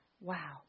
Wow